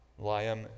Liam